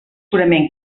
purament